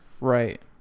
Right